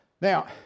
Now